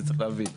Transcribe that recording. זה צריך להבין.